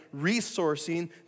resourcing